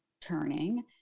turning